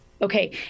Okay